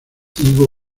higo